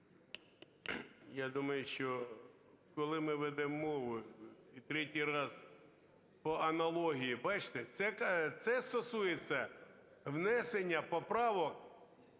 Я думаю, що коли ми ведемо мову і третій раз по аналогії, бачите, це стосується внесення поправок